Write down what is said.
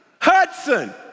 Hudson